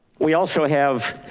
we also have